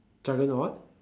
juggernaut